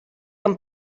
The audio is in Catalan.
amb